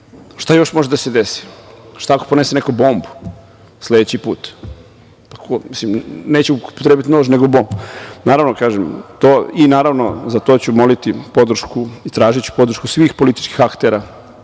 šta još može da se desi. Šta ako neko donese bombu sledeći put, neće upotrebiti nož nego bombu? Naravno, kažem to i naravno za to ću moliti podršku i tražiću podršku svih političkih aktera